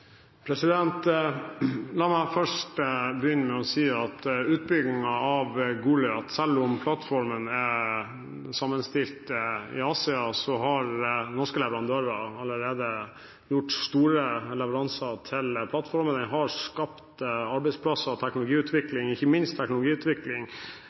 La meg først begynne med å si at når det gjelder utbyggingen av Goliat, har norske leverandører – selv om plattformen er sammenstilt i Asia – allerede gjort store leveranser til plattformen. Det har skapt arbeidsplasser og ikke minst teknologiutvikling